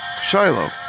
shiloh